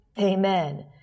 amen